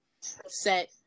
set